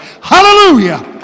Hallelujah